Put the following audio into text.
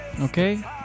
okay